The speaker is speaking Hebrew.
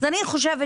אני חושבת